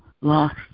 lost